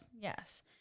Yes